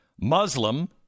Muslim